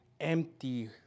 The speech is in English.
empty